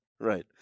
Right